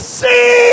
see